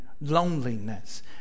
loneliness